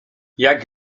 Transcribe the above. jak